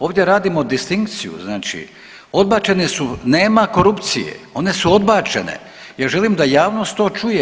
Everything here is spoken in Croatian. Ovdje radimo distinkciju znači odbačeni su, nema korupcije, one su odbačene, ja želim da javnost to čuje.